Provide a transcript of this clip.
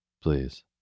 please